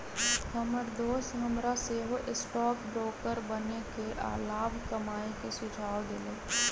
हमर दोस हमरा सेहो स्टॉक ब्रोकर बनेके आऽ लाभ कमाय के सुझाव देलइ